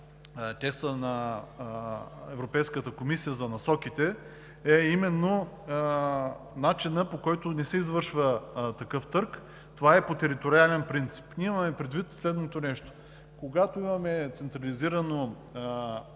на Европейската комисия за насоките, а именно начина, по който не се извършва такъв търг – това е по териториален принцип. Ние имаме предвид следното: когато имаме централизирано